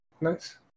Nice